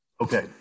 Okay